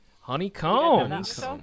Honeycombs